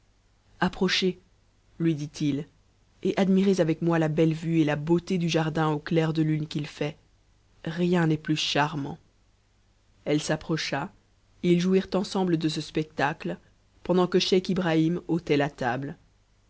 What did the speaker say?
chez lui dit-il et admirez avec moi la belle vue et la beauté du jardin a clair de lune qu'il fait rien n'est plus charmant eile s'approcha et ils jouirent ensemble de ce spectacle pendant que scheich ibrahim ôt nt table